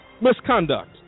misconduct